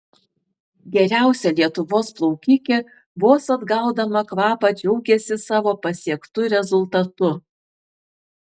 geriausia lietuvos plaukikė vos atgaudama kvapą džiaugėsi savo pasiektu rezultatu